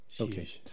Okay